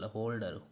Holder